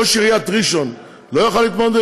ראש עיריית ראשון לא יכול להתמנות?